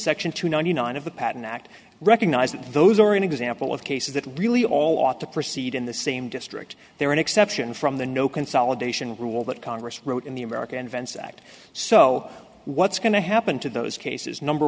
section two ninety nine of the patent act recognize that those are an example of cases that really all ought to proceed in the same district there are an exception from the no consolidation rule that congress wrote in the america invents act so what's going to happen to those cases number